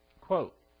Quote